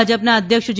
ભાજપના અધ્યક્ષ જે